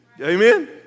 Amen